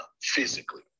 physically